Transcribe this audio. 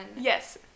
Yes